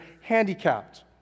handicapped